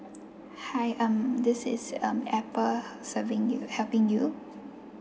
hi um this is um apple serving you helping you